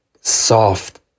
soft